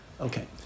Okay